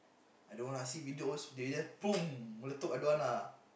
I don't want ah I see video always they just don't want ah